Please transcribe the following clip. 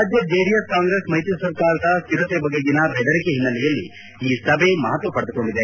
ರಾಜ್ಯ ಜೆಡಿಎಸ್ ಕಾಂಗ್ರೆಸ್ ಮೈತ್ರಿ ಸರ್ಕಾರದ ಸ್ಟಿರತೆ ಬಗೆಗಿನ ಬೆದರಿಕೆ ಹಿನ್ನೆಲೆಯಲ್ಲಿ ಈ ಸಭೆ ಮಹತ್ವ ಪಡೆದುಕೊಂಡಿದೆ